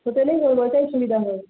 হোটেলেই ওটাই সুবিধা হবে